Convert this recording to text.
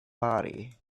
body